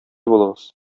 булыгыз